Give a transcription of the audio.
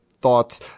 thoughts